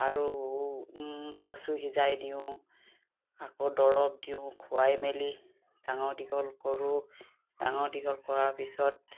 আৰু কচু সিজাই দিওঁ আকৌ দৰৱ দিওঁ খোৱাই মেলি ডাঙৰ দীঘল কৰোঁ ডাঙৰ দীঘল কৰাৰ পিছত